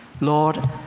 Lord